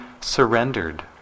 surrendered